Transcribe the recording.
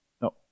No